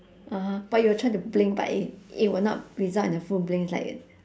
(uh huh) but you're trying to blink but it it will not result in a full blink it's like